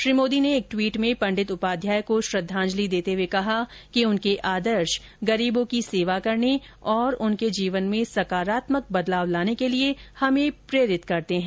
श्री मोदी ने एक टवीट में पंडित उपाध्याय को श्रद्वांजलि देते हुए कहा कि उनके आदर्श गरीबों की सेवा करने और उनके जीवन में सकारात्मक बदलाव लाने के लिए हमें प्रेरित करते हैं